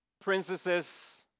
princesses